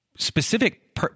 specific